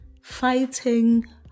fighting